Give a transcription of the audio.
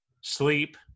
sleep